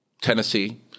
Tennessee